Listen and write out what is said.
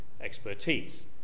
expertise